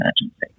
emergency